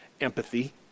Empathy